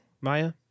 maya